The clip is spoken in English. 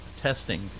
testing